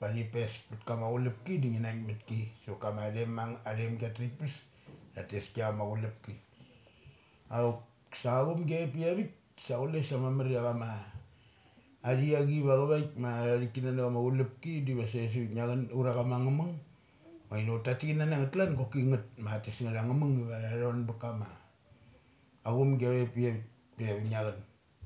pa thi pes pa kama chulupki da ngi naik matki savat kama athem am athemgi atha thik pes tateski ia chama chulupki. Auk sa a chung avai kpi avik sa chule sa mamar ia cha ma athi achi ava chavaik a thi kanana chama chulu kpi diva sa sai gia chun ura chama nga mung ma chok ta tik kanana ngeth kalan goki ngeth matha tes ngeth a angngamung iva a thon ba kama a chumgi avaik pi avik pe va gia chun.